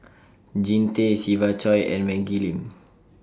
Jean Tay Siva Choy and Maggie Lim